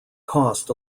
cost